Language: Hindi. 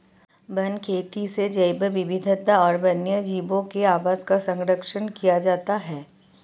वन खेती से जैव विविधता और वन्यजीवों के आवास का सरंक्षण किया जाता है